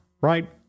right